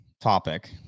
topic